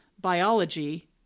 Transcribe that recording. biology